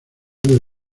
del